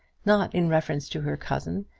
not in reference to her cousin,